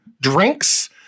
drinks